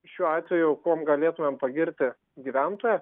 šiuo atveju kuom galėtumėm pagirti gyventoją